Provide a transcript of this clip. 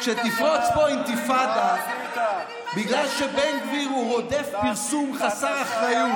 כשתפרוץ פה אינתיפאדה בגלל שבן גביר הוא רודף פרסום חסר אחריות,